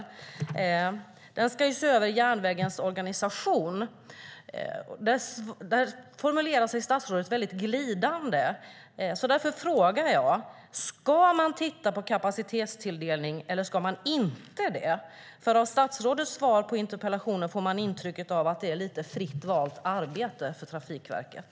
Utredningen ska se över järnvägens organisation, men där formulerar sig statsrådet väldigt glidande. Därför frågar jag: Ska utredningen titta på kapacitetstilldelningen, eller ska utredningen inte göra det? Av statsrådets svar på interpellationen får man intryck av att det är lite fritt valt arbete för Trafikverket.